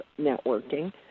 networking